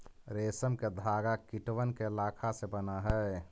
रेशम के धागा कीटबन के लारवा से बन हई